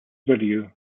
video